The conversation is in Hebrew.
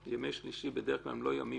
ימי שלישי בדרך כלל הם לא ימים